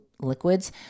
liquids